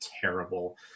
terrible